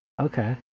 Okay